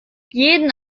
jeden